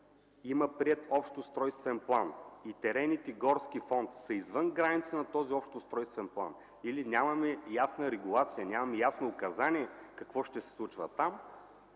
има приет общ устройствен план и терените горски фонд са извън границите на този общ устройствен план или нямаме ясна регулация, нямаме ясно указание какво ще се случва там,